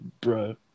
bro